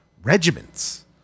regiments